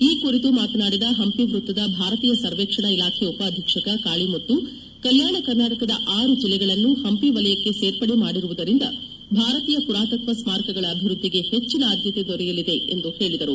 ಈ ಕುರಿತು ಮಾತನಾದಿದ ಹಂಪಿ ವೃತ್ತದ ಭಾರತೀಯ ಸರ್ವೇಕ್ಷಣಾ ಇಲಾಖೆ ಉಪ ಅಧೀಕ್ಷಕ ಕಾಳಿಮುತ್ತು ಕಲ್ಯಾಣ ಕರ್ನಾಟಕದ ಆರು ಜಿಲ್ಲೆಗಳನ್ನು ಹಂಪಿ ವಲಯಕ್ಕೆ ಸೇರ್ಪಡೆ ಮಾಡಿರುವುದರಿಂದ ಭಾರತೀಯ ಪುರಾತತ್ವ ಸ್ಮಾರಕಗಳ ಅಭಿವೃದ್ದಿಗೆ ಹೆಚ್ಚಿನ ಆದ್ಯತೆ ದೊರೆಯಲಿದೆ ಎಂದು ಹೇಳಿದರು